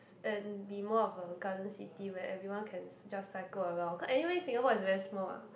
and be more of a garden city where everyone can just cycle around cause anyway Singapore is very small ah